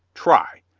try.